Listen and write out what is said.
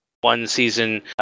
one-season